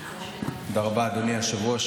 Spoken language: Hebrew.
תודה רבה, אדוני היושב-ראש.